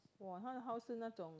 !wah! 她的 house 是那种